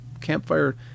campfire